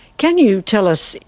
can you tell us,